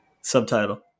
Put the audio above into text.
subtitle